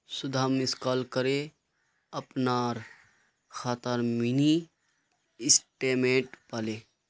सुधा miss call करे अपनार खातार मिनी स्टेटमेंट पाले